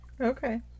Okay